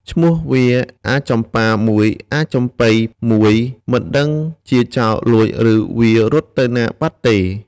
ឈ្មោះវាអាចំប៉ា១ អាចំប៉ី១ មិនដឹងជាចោរលួច ឬ វារត់ទៅណាបាត់ទេ